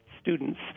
students